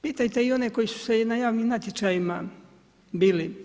Pitajte i one koji su se na javnim natječajima bili.